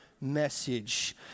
message